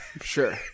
Sure